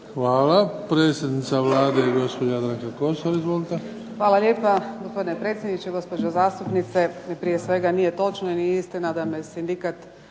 Hvala. Predsjednica Vlade, gospođa Jadranka Kosor. Izvolite. **Kosor, Jadranka (HDZ)** Hvala lijepa, gospodine predsjedniče. Gospođo zastupnice. Prije svega, nije točno i nije istina da me sindikat